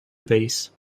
base